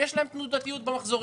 שיש להם תנודתיות במחזורים.